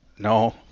No